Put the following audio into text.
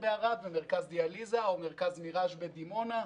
בערד ומרכז דיאליזה או מרכז מיראז' בדימונה,